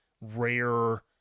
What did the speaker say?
rare